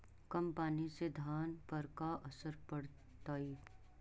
कम पनी से धान पर का असर पड़तायी?